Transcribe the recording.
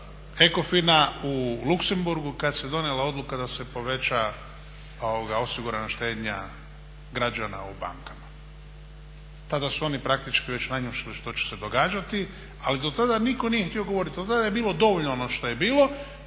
ECOFIN-a u Luksemburgu kada se donijela odluka da se poveća osigurana štednja građana u bankama. Tada su oni praktički već nanjušili šta će se događati ali do tada nitko nije htio govoriti, onda nam je bilo dovoljno ono što je bilo.